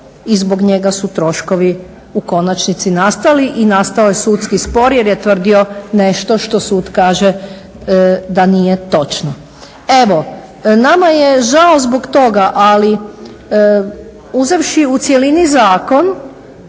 i zbog njega su troškovi u konačnici nastali i nastao je sudski spor jer je tvrdio nešto što sud kaže da nije točno. Evo nama je žao zbog toga, ali uzevši u cjelini ove